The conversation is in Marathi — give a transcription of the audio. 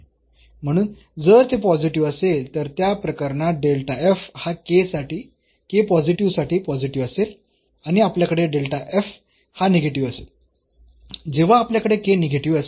म्हणून जर ते पॉझिटिव्ह असेल तर त्या प्रकरणात डेल्टा f हा k पॉझिटिव्ह साठी पॉझिटिव्ह असेल आणि आपल्याकडे डेल्टा f हा निगेटिव्ह असेल जेव्हा आपल्याकडे k निगेटिव्ह असेल